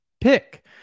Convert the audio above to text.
pick